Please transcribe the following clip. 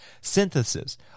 Synthesis